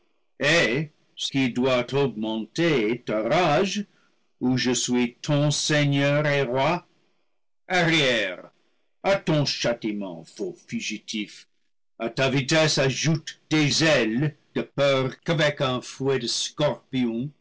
ce qui doit augmenter ta rage où je suis ton seigneur et roi arrière à ton châtiment faux fugitif a ta vitesse ajoute des ailes de peur qu'avec un fouet de